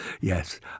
yes